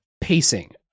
pacing